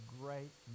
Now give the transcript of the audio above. great